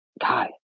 god